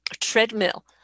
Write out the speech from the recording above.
treadmill